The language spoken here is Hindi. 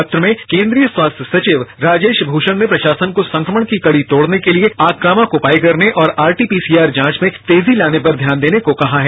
पत्र में केंद्रीय स्वास्थ्य सचिव राजेश भूषण ने प्रशासन को संक्रमण की कड़ी तोड़ने के लिए आक्रामक उपाय करने और आरटी पीसीआर जांच में तेजी लाने पर ध्यान देने को कहा है